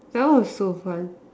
that one was so fun